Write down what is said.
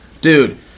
Dude